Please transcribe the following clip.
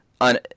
on